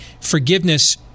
forgiveness